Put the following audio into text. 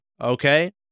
okay